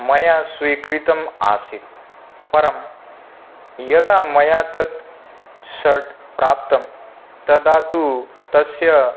मया स्वीकृतम् आसीत् परं यदा मया तत् सर्ट् प्राप्तं तदा तु तस्य